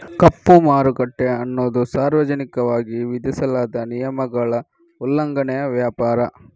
ಕಪ್ಪು ಮಾರುಕಟ್ಟೆ ಅನ್ನುದು ಸಾರ್ವಜನಿಕವಾಗಿ ವಿಧಿಸಲಾದ ನಿಯಮಗಳ ಉಲ್ಲಂಘನೆಯ ವ್ಯಾಪಾರ